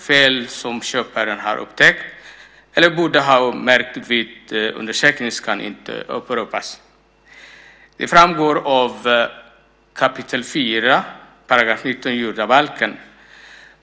Fel som köparen har upptäckt eller borde ha märkt vid undersökningen kan inte åberopas. Det framgår av 4 kap. 19 § jordabalken.